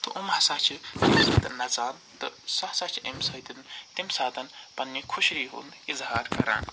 تہٕ یِم ہَسا چھِ نَژان تہٕ سُہ ہسا چھُ اَمہِ سۭتۍ تَمہِ ساتہٕ پننہِ خوشی ہُنٛد اظہار کَران